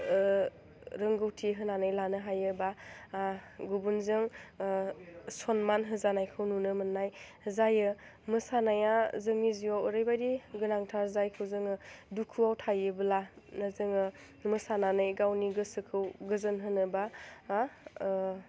रोंगौथि होनानै लानो हायोबो गुबुनजों सनमान होजानायखौ नुनो मोन्नाय जायो मोसानाया जोंनि जिउआव ओरैबायदि गोनांथार जायखौ जोङो दुखुआव थायोब्लानो जोङो मोसानानै गावनि गोसोखौ गोजोन होनोबा